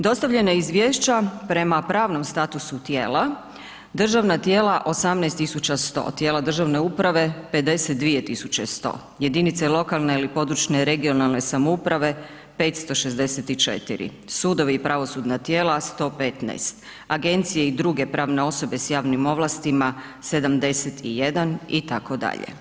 Dostavljena izvješća prema pravnom statusu tijela, državna tijela 18100, tijela državne uprave 52100, jedinice lokalne ili područne regionalne samouprave 564, sudovi i pravosudna tijela 115, agencije i druge pravne osobe s javnim ovlastima 71 itd.